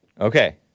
Okay